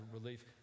relief